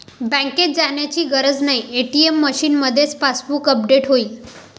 बँकेत जाण्याची गरज नाही, ए.टी.एम मशीनमध्येच पासबुक अपडेट होईल